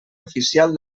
oficial